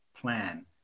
plan